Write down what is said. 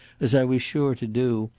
as i was sure to do,